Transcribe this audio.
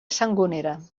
sangonera